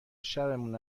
شبمون